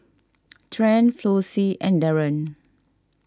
Trent Flossie and Daren